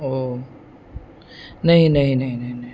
اوہ نہیں نہیں نہیں نہیں نہیں